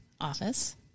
office